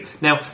Now